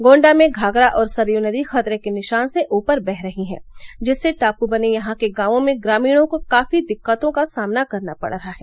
गोण्डा में घाघरा और सरयू नदी खतरे के निशान से ऊपर बह रही हैं जिससे टापू बने यहां के गांवों में ग्रामीणों को काफी दिक्कतों का सामना करना पड़ रहा है